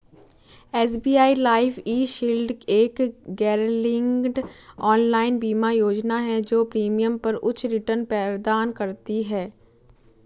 SBI Life eShield एक गैरलिंक्ड online बीमा योजना है जो प्रीमियम पर उच्च रिटर्न प्रदान करती है